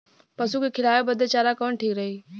पशु के खिलावे बदे चारा कवन ठीक रही?